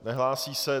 Nehlásí se.